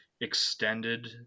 extended